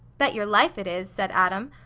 bet your life it is, said adam.